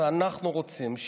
אנחנו רוצים,